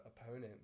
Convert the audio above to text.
opponent